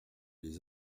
les